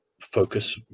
focus